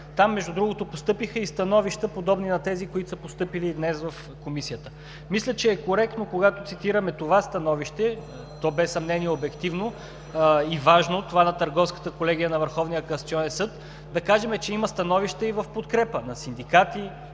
Там, между другото, постъпиха и становища, подобни на тези, които са постъпили днес в Комисията. Мисля, че е коректно, когато цитираме това становище – то без съмнение е обективно и важно, това на Търговската колегия на Върховния касационен съд, да кажем, че има становище и в подкрепа на синдикати,